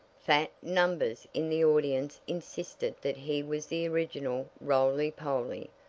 fat! numbers in the audience insisted that he was the original roly-poly,